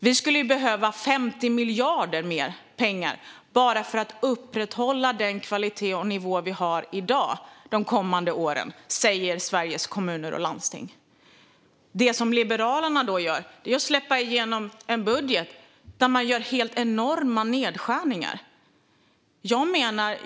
Vi skulle behöva 50 miljarder mer i pengar de kommande åren bara för att upprätthålla den kvalitet och nivå vi har i dag, säger Sveriges Kommuner och Landsting. Det som Liberalerna då gör är att släppa igenom en budget där man gör helt enorma nedskärningar.